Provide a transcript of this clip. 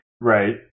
Right